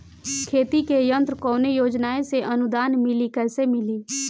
खेती के यंत्र कवने योजना से अनुदान मिली कैसे मिली?